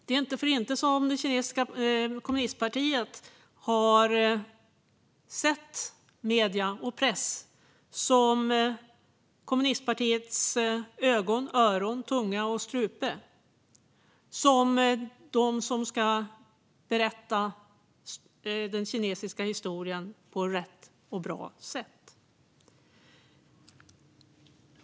Det är inte för inte som det kinesiska kommunistpartiet har sett medierna och pressen som kommunistpartiets ögon, öron, tunga och strupe - de som ska berätta den kinesiska historien på ett riktigt och bra sätt.